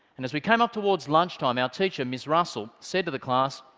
and as we came up towards lunchtime, our teacher ms. russell, said to the class,